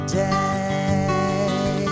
day